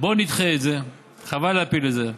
בוא נדחה את זה, חבל להפיל את זה.